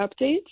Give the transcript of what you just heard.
updates